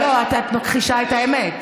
לא, את מכחישה את האמת.